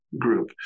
group